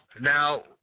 Now